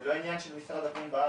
זה לא עניין של משרד הפנים בארץ,